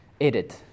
edit